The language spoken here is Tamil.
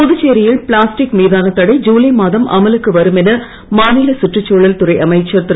புதுச்சேரி யில் பிளாஸ்டிக் மீதான தடை ஜூலை மாதம் அமலுக்கு வரும் என மாநில சுற்றுச்சூழல் துறை அமைச்சர் திரு